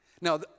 Now